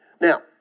Now